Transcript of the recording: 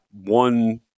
one